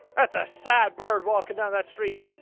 that's a sad bird walking down that street.